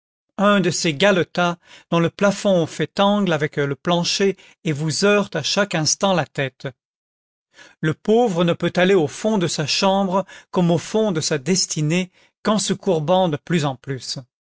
un de ces galetas dont le plafond fait angle avec le plancher et vous heurte à chaque instant la tête le pauvre ne peut aller au fond de sa chambre comme au fond de sa destinée qu'en se courbant de plus en plus